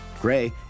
Gray